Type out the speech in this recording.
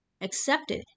accepted